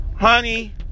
honey